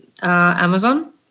Amazon